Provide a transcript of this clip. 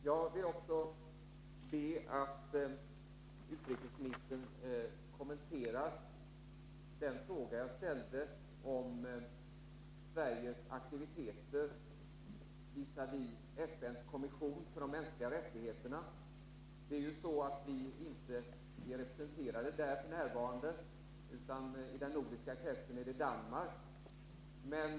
Jag vill sedan be att utrikesministern kommenterar den fråga jag ställde om Sveriges aktiviteter visavi FN:s kommission för de mänskliga rättigheterna. Vi är ju inte representerade där f. n., utan i den nordiska kretsen är det Danmark som är med.